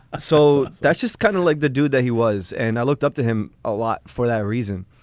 ah so that's just kind of like the dude that he was. and i looked up to him a lot for that reason.